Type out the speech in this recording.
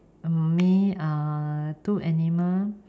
me uh two animal